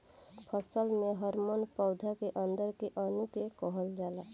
फसल में हॉर्मोन पौधा के अंदर के अणु के कहल जाला